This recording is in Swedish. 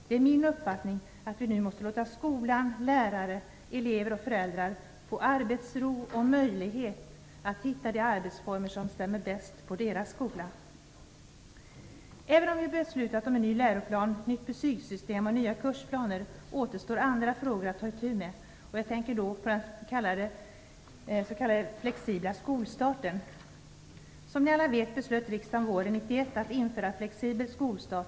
Det är min uppfattning att vi nu måste låta skolan, lärare, elever och föräldrar få arbetsro och möjlighet att hitta de arbetsformer som stämmer bäst på deras skola. Även om vi har beslutat om en ny läroplan, nytt betygssystem och nya kursplaner återstår andra frågor att ta itu med. Jag tänker på den s.k. flexibla skolstarten. Som ni alla vet, beslöt riksdagen våren 1991 att införa flexibel skolstart.